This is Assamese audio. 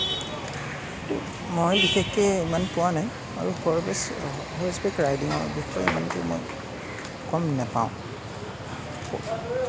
মই বিশেষকে ইমান পোৱা নাই আৰু হৰ্চবেচ হৰ্চবেক ৰাইডিঙৰ বিষয়ে ইমানটো মই গম নেপাওঁ